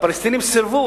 והפלסטינים סירבו.